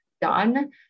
done